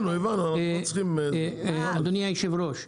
אדוני היו"ר,